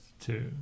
two